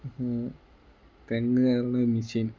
തെങ്ങു കയറണ മിഷീൻ